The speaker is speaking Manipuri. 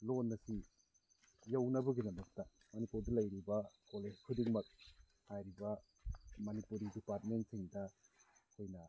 ꯂꯣꯟ ꯑꯁꯤ ꯌꯧꯅꯕꯒꯤꯗꯃꯛꯇ ꯃꯅꯤꯄꯨꯔꯗ ꯂꯩꯔꯤꯕ ꯀꯣꯂꯦꯖ ꯈꯨꯗꯤꯡꯃꯛ ꯍꯥꯏꯔꯤꯕ ꯃꯅꯤꯄꯨꯔꯤ ꯗꯤꯄꯥꯔꯠꯃꯦꯟꯁꯤꯡꯗ ꯑꯩꯈꯣꯏꯅ